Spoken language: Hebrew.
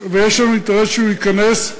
ויש לנו אינטרס שהוא ייכנס,